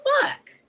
fuck